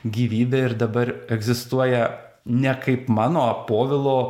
gyvybę ir dabar egzistuoja ne kaip mano povilo